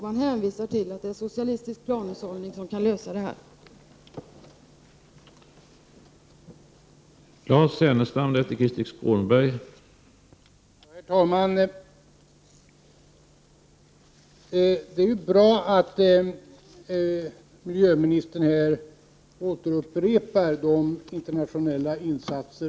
Man hänvisar till att det är en socialistisk planhushållning som kan lösa detta problem.